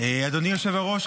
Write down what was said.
אדוני יושב-הראש.